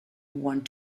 want